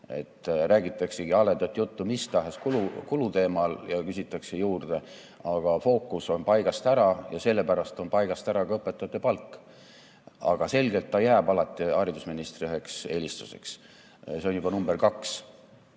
Räägitaksegi haledat juttu mis tahes kulu teemal ja küsitakse juurde, aga fookus on paigast ära ja sellepärast on paigast ära ka õpetajate palk. Aga selgelt jääb see alati haridusministri üheks eelistuseks. See on juba number